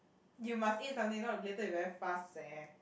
you must eat something if not later you very fast seh